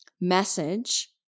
message